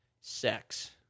sex